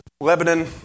Lebanon